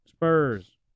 Spurs